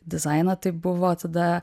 dizainą tai buvo tada